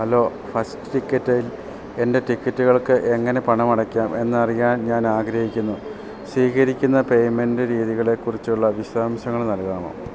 hello ഫസ്റ്റ്ടിക്കറ്റിൽ എൻ്റെ ടിക്കറ്റുകൾക്ക് എങ്ങനെ പണമടയ്ക്കാം എന്നറിയാൻ ഞാൻ ആഗ്രഹിക്കുന്നു സ്വീകരിക്കുന്ന പേയ്മെൻ്റ് രീതികളെക്കുറിച്ചുള്ള വിശദാംശങ്ങൾ നൽകാമോ